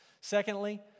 Secondly